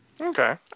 Okay